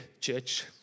church